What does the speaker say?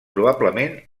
probablement